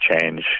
change